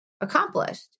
accomplished